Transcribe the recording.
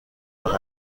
par